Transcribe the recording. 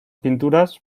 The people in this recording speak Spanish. pinturas